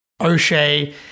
O'Shea